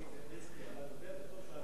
לפי תקנון הכנסת,